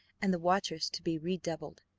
and the watchers to be redoubled.